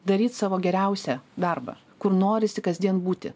daryt savo geriausią darbą kur norisi kasdien būti